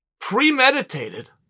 premeditated